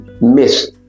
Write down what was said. Miss